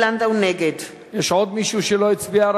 נגד יש עוד מישהו שלא הצביע,